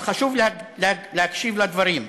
אבל חשוב להקשיב לדברים,